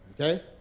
Okay